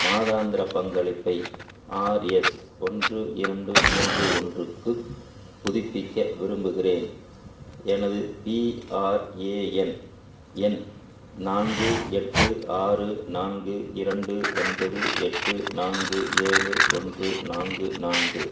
மாதாந்திர பங்களிப்பை ஆர்எஸ் ஒன்று இரண்டு மூன்று ஒன்றுக்கு புதுப்பிக்க விரும்புகிறேன் எனது பிஆர்ஏஎன் எண் நான்கு எட்டு ஆறு நான்கு இரண்டு ஒன்பது எட்டு நான்கு ஏழு ஒன்று நான்கு நான்கு